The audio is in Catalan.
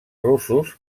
russos